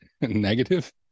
negative